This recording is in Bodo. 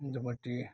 जाबादि